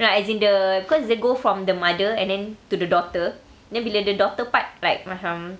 lah as in the cause they go from the mother and then to the daughter then bila the daughter part like macam